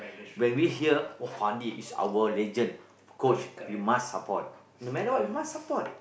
when we hear !wah! Fandi is our legend coach we must support no matter what we must support